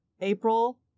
April